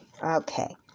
Okay